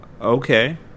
Okay